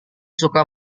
suka